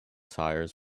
tires